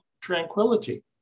tranquility